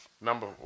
number